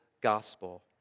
gospel